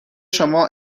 شما